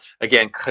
again